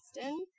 Austin